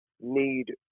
need